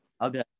okay